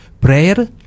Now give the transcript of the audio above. Prayer